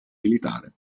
militare